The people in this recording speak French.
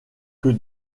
que